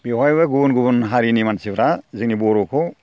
बेवहायबो गुबुन गुबुन हारिनि मानसिफ्रा जोंनि बर'खौ